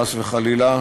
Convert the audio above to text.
חס וחלילה,